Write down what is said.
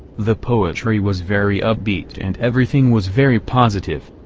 the poetry was very upbeat and everything was very positive.